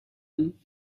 him